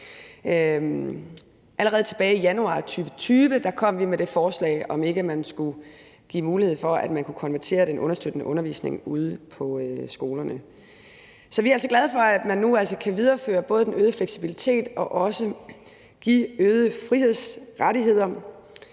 Allerede tilbage i januar 2020 kom vi med det forslag, der handler om at give mulighed for, at man kunne konvertere den understøttende undervisning ude på skolerne. Så vi er altså glade for, at man nu både kan videreføre den øgede fleksibilitet og også give øgede frihedsrettigheder.